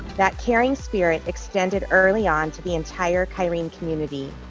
that caring spirit extended early on to the entire kyrene community.